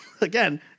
again